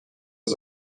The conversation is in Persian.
بخش